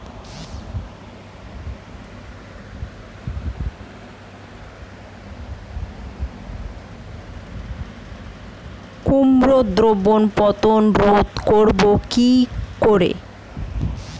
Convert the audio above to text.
কুমড়োর দ্রুত পতন রোধ করব কি করে?